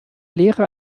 lehre